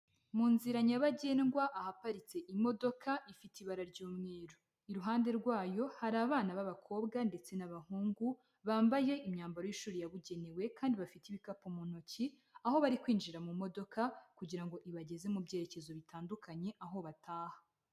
Mu nzira nyabagendwa ahaparitse imodoka ifite ibara ry'umweru, iruhande rwayo hari abana b'abakobwa ndetse n'abahungu bambaye imyambaro y'ishuri yabugenewe kandi bafite ibikapu mu ntoki, aho bari kwinjira mu modoka kugira ngo ibageze mu byerekezo bitandukanye aho bataha.